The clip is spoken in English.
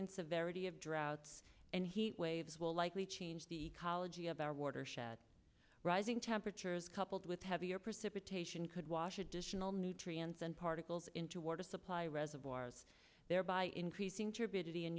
and severity of droughts and heat waves will likely change the ecology of our watershed rising temperatures coupled with heavier precipitation could wash additional nutrients and particles into water supply reservoirs thereby increasing t